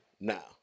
now